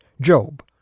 Job